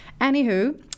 Anywho